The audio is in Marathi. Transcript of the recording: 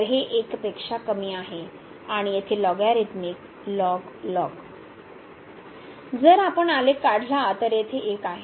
तर हे 1 पेक्षा कमी आहे आणि येथे लॉगरिथमिक जर आपण आलेख काढला तर येथे 1 आहे